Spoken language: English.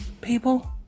people